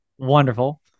Wonderful